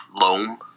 loam